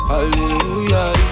Hallelujah